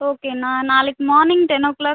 okay நான் நாளைக்கு morning ten ஓ clock